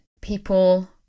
people